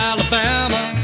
Alabama